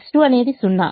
X2 అనేది 0